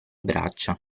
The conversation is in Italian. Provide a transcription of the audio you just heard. braccia